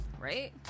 Right